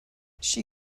she